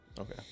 Okay